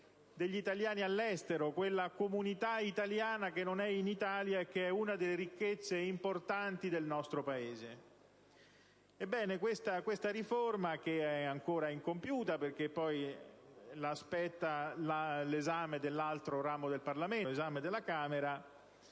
degli italiani all'estero, di quella comunità italiana che non è in Italia e che è una delle ricchezze importanti del nostro Paese. Ebbene, questa riforma, che è ancora incompiuta, in attesa dell'esame dell'altro ramo del Parlamento, ha degli aspetti